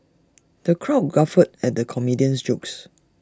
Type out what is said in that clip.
the crowd guffawed at the comedia's jokes